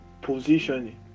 positioning